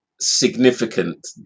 significant